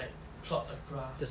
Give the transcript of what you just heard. like plot a graph